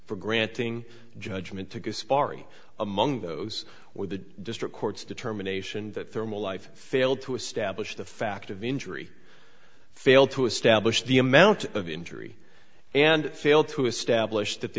for granting judgment to guess fahri among those with the district courts determination that thermal life failed to establish the fact of injury fail to establish the amount of injury and fail to establish that the